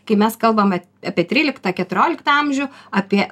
kai mes kalbame apie tryliktą keturioliktą amžių apie